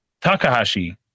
Takahashi